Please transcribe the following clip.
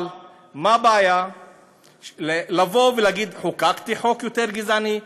אבל מה הבעיה לבוא ולהגיד: חוקקתי חוק יותר גזעני,